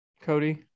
Cody